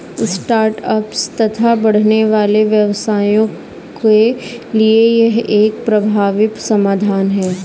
start ups तथा बढ़ने वाले व्यवसायों के लिए यह एक प्रभावी समाधान है